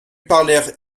parlèrent